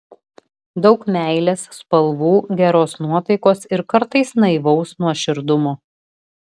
daug meilės spalvų geros nuotaikos ir kartais naivaus nuoširdumo